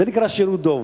זה נקרא שירות דוב.